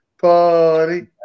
party